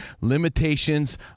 limitations